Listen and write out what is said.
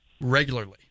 regularly